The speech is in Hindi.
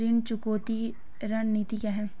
ऋण चुकौती रणनीति क्या है?